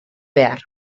behar